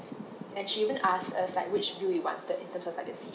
and she even asked us like which view we wanted in terms of like the seats